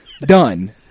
done